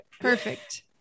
Perfect